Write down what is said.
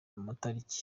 matariki